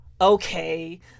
okay